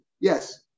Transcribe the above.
Yes